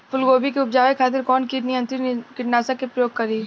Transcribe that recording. फुलगोबि के उपजावे खातिर कौन कीट नियंत्री कीटनाशक के प्रयोग करी?